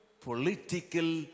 political